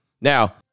Now